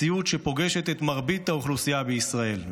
זאת מציאות שפוגשת את מרבית האוכלוסייה בישראל,